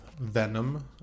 Venom